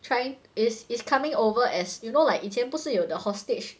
trying is is coming over as you know like 以前不是有 the hostage